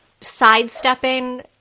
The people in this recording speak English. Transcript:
sidestepping